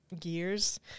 gears